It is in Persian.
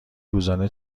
روزانه